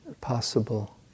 possible